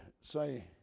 say